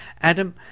Adam